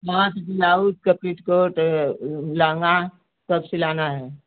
पाँच बिलाउज क पेटीकोट लहंगा सब सिलाना है